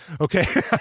Okay